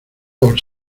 por